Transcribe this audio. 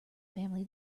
family